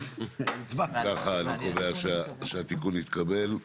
הצבעה אושר אם ככה, אני קובע שהתיקון התקבל.